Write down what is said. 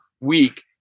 week